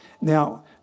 Now